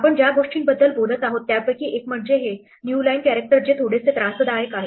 आपण ज्या गोष्टींबद्दल बोलत आहोत त्यापैकी एक म्हणजे हे न्यू लाईन कॅरेक्टर जे थोडेसे त्रासदायक आहे